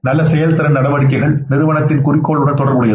நல்ல செயல்திறன் நடவடிக்கைகள் நிறுவனத்தின் குறிக்கோள்களுடன் தொடர்புடையது